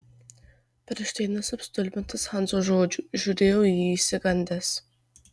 bernšteinas apstulbintas hanso žodžių žiūrėjo į jį išsigandęs